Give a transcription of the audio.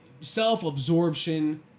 self-absorption